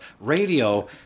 radio